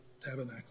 tabernacle